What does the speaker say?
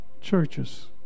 churches